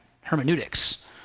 hermeneutics